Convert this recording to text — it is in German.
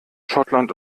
schottland